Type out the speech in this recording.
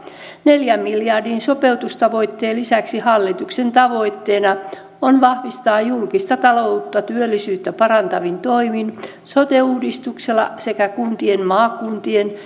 neljän miljardin sopeutustavoitteen lisäksi hallituksen tavoitteena on vahvistaa julkista taloutta työllisyyttä parantavin toimin sote uudistuksella sekä kuntien maakuntien